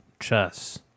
Chess